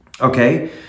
okay